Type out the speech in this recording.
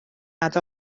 nad